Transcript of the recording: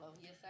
Yes